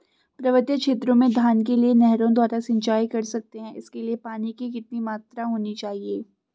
पर्वतीय क्षेत्रों में धान के लिए नहरों द्वारा सिंचाई कर सकते हैं इसके लिए पानी की कितनी मात्रा होनी चाहिए?